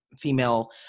female